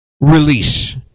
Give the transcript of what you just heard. release